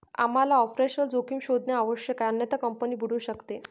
आम्हाला ऑपरेशनल जोखीम शोधणे आवश्यक आहे अन्यथा कंपनी बुडू शकते